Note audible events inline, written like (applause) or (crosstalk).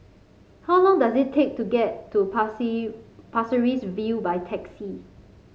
how long does it take to get to (unintelligible) Pasir Ris View by taxi